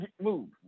move